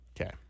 Okay